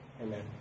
Amen